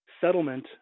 settlement